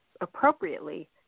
appropriately